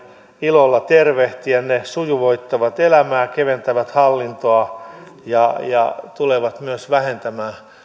ilolla tervehtiä ne sujuvoittavat elämää keventävät hallintoa ja ja tulevat myös vähentämään